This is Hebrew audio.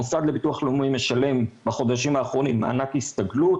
המוסד לביטוח לאומי משלם בחודשים האחרונים מענק הסתגלות